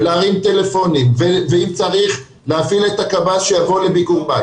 ולהרים טלפונים ואם צריך להפעיל את ה- -- שיבוא לביקור בית.